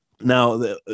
now